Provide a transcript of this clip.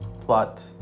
plot